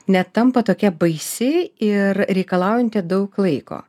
netampa tokia baisi ir reikalaujanti daug laiko